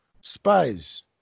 Spies